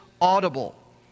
audible